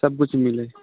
सभकिछु मिलै है